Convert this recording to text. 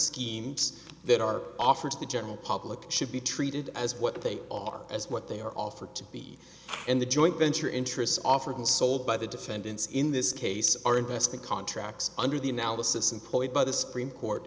schemes that are offered to the general public should be treated as what they are as what they are offered to be and the joint venture interests offered and sold by the defendants in this case are investing contracts under the analysis employed by the supreme court